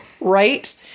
Right